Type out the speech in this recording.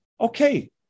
Okay